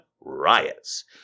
riots